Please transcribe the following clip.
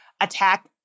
attack